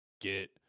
get